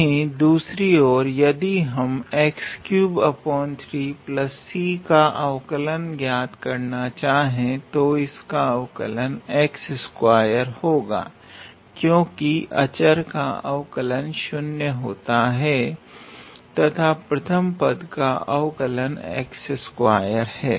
वही दूसरी ओर यदि हम का अवकलन ज्ञात करना चाहे तो इसका अवकलन होगा क्योंकि अचर का अवकलन 0 होता है तथा प्रथम पद का अवकलन है